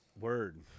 Word